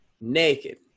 naked